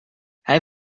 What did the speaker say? hij